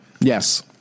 Yes